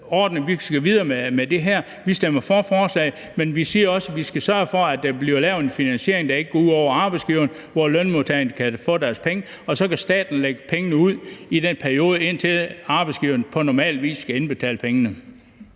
nu komme videre med den her ordning. Vi stemmer for forslaget, men vi siger også, at vi skal sørge for, at der bliver lavet en finansiering, der ikke går ud over arbejdsgiverne, men hvor lønmodtagerne kan få deres penge. Og så kan staten lægge pengene ud i den periode, indtil arbejdsgiverne på normal vis skal indbetale pengene.